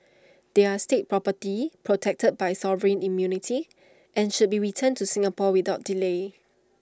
they are state property protected by sovereign immunity and should be returned to Singapore without delay